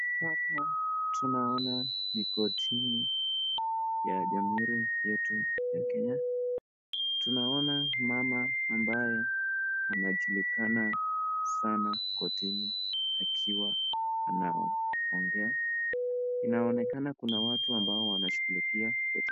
Hapa tunaona ni kortini ya jamuhuri yetu ya kenya tunaona mama ambaye anajulikana sana kortini akiwa anaongea inaonekana kuna watu ambao wanashughulikiwa kortini.